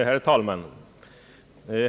Herr talman!